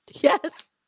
Yes